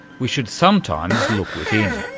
we should sometimes look within.